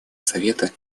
совета